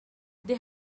this